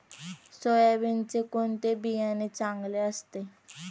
सोयाबीनचे कोणते बियाणे चांगले असते?